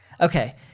Okay